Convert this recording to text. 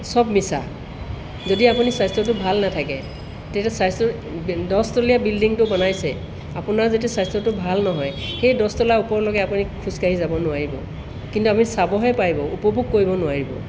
চব মিছা যদি আপুনি স্বাস্থ্যটো ভাল নাথাকে তেতিয়া স্বাস্থ্যটো দহ তলীয়া বিল্ডিংটো বনাইছে আপোনাৰ যদি স্বাস্থ্যটো ভাল নহয় সেই দহ তলাৰ ওপৰলৈকে আপুনি খোজকাঢ়ি যাব নোৱাৰিব কিন্তু আপুনি চাবহে পাৰিব উপভোগ কৰিব নোৱাৰিব